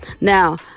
Now